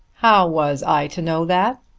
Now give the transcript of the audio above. how was i to know that?